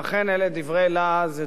ואכן, אלה דברי לעז.